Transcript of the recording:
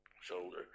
shoulder